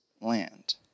land